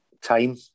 time